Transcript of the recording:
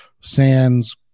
Sands